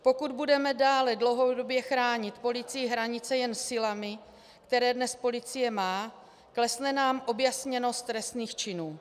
Pokud budeme dále dlouhodobě chránit policií hranice jen silami, které dnes policie má, klesne nám objasněnost trestných činů.